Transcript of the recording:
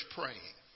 praying